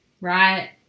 right